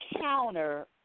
counter